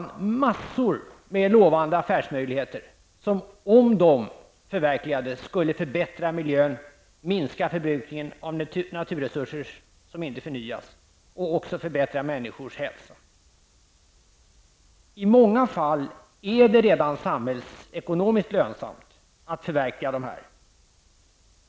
Det finns massor med lovande affärsmöjligheter som skulle förbättra miljön om de förverkligades. De skulle minska förbrukningen av naturresurser som inte förnyas och även förbättra människors hälsa. I många fall är det redan samhällsekonomiskt lönsamt att förverkliga dem.